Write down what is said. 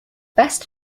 best